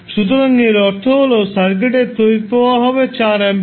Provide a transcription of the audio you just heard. সুতরাং এর অর্থ হল সার্কিটের তড়িৎ প্রবাহ হবে 4 অ্যাম্পিয়ার